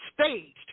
staged